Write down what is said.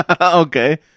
Okay